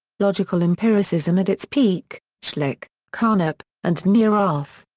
logical empiricism at its peak schlick, carnap, and neurath.